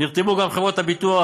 נרתמו חברות הביטוח,